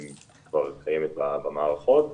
כבר קיימת במערכות.